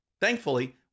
Thankfully